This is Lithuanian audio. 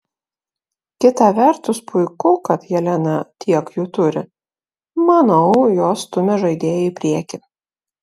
kita vertus puiku kad jelena tiek jų turi manau jos stumia žaidėją į priekį